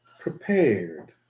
prepared